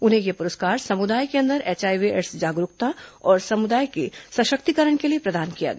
उन्हें यह पुरस्कार समुदाय के अंदर एचआईवी एड्स जागरूकता और समुदाय के सशक्तिकरण के लिए प्रदान किया गया